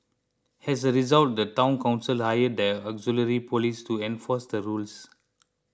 as a result the Town Council hired the auxiliary police to enforce the rules